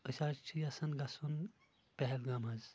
ٲسۍ حظ چھِ یژھان گژھُن پہلگام حظ